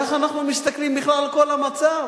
כך אנחנו מסתכלים בכלל על כל המצב,